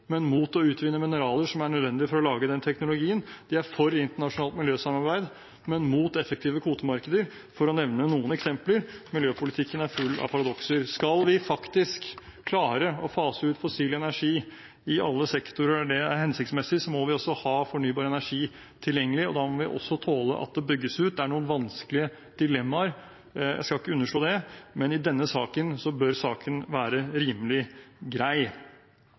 men imot å utvinne mineraler som er nødvendige for å lage denne teknologien. De er for internasjonalt miljøsamarbeid, men imot effektive kvotemarkeder – for å nevne noen eksempler på at miljøpolitikken er full av paradokser. Skal vi faktisk klare å fase ut fossil energi i alle sektorer der det er hensiktsmessig, må vi også ha fornybar energi tilgjengelig. Da må vi også tåle at det bygges ut. Det er noen vanskelige dilemmaer – jeg skal ikke underslå det – men i denne saken bør det være rimelig